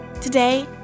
Today